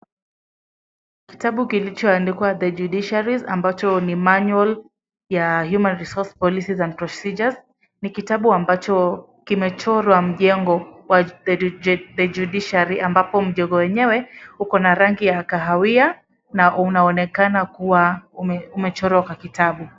Kitabu kilicho andikwa "The judiciary" ambacho ni manualcs] ya human resource policies and procedures . Ni kitabu ambacho kimechorwa mjengo wa the judiciary ambapo mjengo wenyewe uko na rangi ya kahawia na unaonekana kuwa umechorwa kwa kitabu.